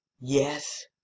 Yes